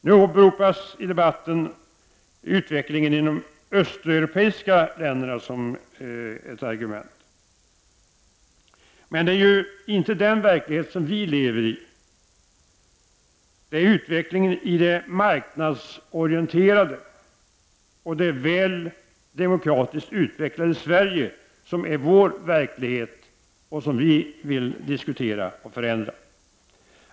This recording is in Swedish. Nu åberopas i debatten utvecklingen inom de östeuropeiska länderna som ett argument. Men det är inte den verkligheten som vi lever i. Det är utvecklingen i det marknadsorienterade och det väl demokratiskt utvecklade Sverige som är vår verklighet och som vi vill diskutera och förändra.